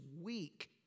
weak